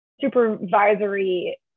supervisory